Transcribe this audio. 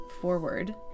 forward